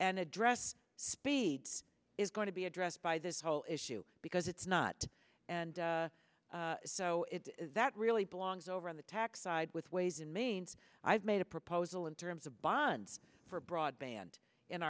and address speeds is going to be addressed by this whole issue because it's not and so that really belongs over on the tax side with ways and means i've made a proposal in terms of bonds for broadband in